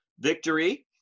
victory